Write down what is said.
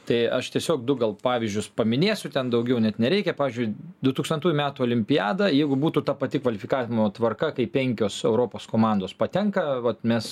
tai aš tiesiog du gal pavyzdžius paminėsiu ten daugiau net nereikia pavyzdžiui du tūkstantųjų metų olimpiada jeigu būtų ta pati kvalifikavimo tvarka kaip penkios europos komandos patenka vat mes